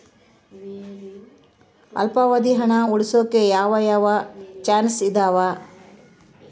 ಅಲ್ಪಾವಧಿ ಹಣ ಉಳಿಸೋಕೆ ಯಾವ ಯಾವ ಚಾಯ್ಸ್ ಇದಾವ?